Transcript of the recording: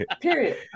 Period